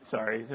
Sorry